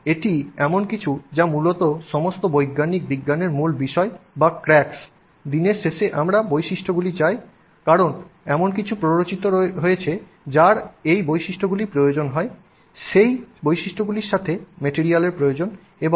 এবং এটি এমন কিছু যা মূলত সমস্ত বৈজ্ঞানিক বিজ্ঞানের মূল বিষয় বা ক্রাক্স দিনের শেষে আমরা বৈশিষ্ট্যগুলি চাই কারণ এমন কিছু প্ররোচিত হয়েছে যার এই বৈশিষ্ট্যগুলির প্রয়োজন হয় সেই বৈশিষ্ট্যগুলির সাথে ম্যাটেরিয়াল প্রয়োজন